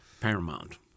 paramount